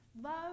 Love